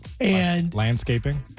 landscaping